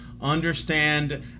understand